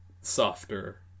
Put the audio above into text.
softer